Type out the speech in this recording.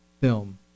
film